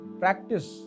practice